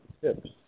tips